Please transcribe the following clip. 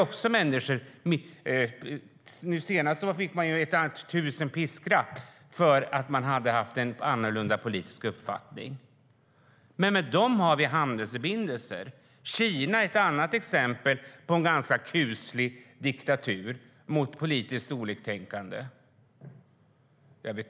Nu senast dömde man ut tusen piskrapp till någon som hade haft annorlunda politisk uppfattning. Men Saudiarabien har vi handelsförbindelser med. Kina är ett annat exempel på en diktatur som är ganska kuslig mot politiskt oliktänkande.